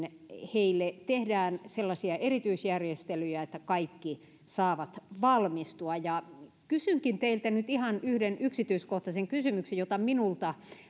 tehdään sellaisia erityisjärjestelyjä että kaikki saavat valmistua kysynkin teiltä nyt ihan yhden yksityiskohtaisen kysymyksen joka minulta